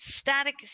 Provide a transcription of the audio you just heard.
static